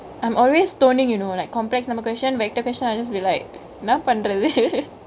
I'm always stoningk you know like complex number question vector question I just be like என்னா பன்ரது:enna panrathu